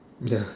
ya